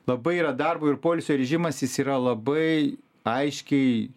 labai yra darbo ir poilsio režimas jis yra labai aiškiai